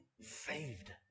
saved